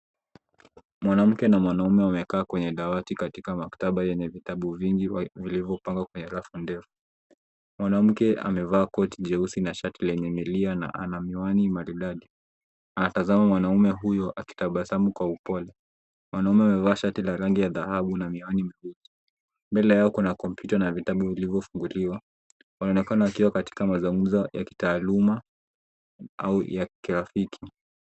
Mwanamke na mwanaume wamekaa kwenye dawati katika maktaba yenye vitabu vingi vilivyopangwa kwenye rafu ndefu. Mwanamke amevaa koti jeusi na shati lenye milia na ana miwani maridadi. Anatazama mwanaume huyo akitabasamu kwa upole. Mwanaume amevaa shati la rangi ya dhahabu na miwani mzito. Mbele yao kuna kompyuta na vitabu vilivyofunguliwa. Wanaonekana wakiwa katika mazungumzo ya kitaaluma au ya kirafiki.